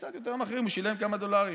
קצת יותר מאחרים הוא שילם כמה דולרים.